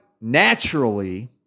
naturally